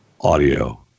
audio